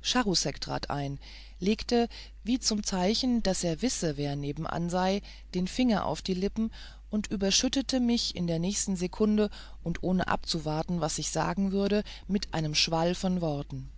charousek trat ein legte wie zum zeichen daß er wisse wer nebenan sei den finger an die lippen und überschüttete mich in der nächsten sekunde und ohne abzuwarten was ich sagen würde mit einem schwall von worten